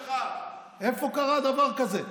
איפה קרה דבר כזה?